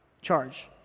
charge